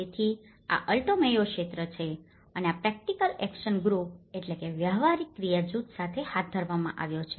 તેથી આ Alto Mayo ક્ષેત્ર છે અને આ પ્રેકટીકલ એકસન ગ્રુપpractical action groupવ્યવહારિક ક્રિયા જૂથ સાથે હાથ ધરવામાં આવ્યો છે